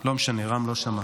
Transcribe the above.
לא משנה, רם לא שמע.